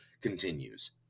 continues